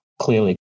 clearly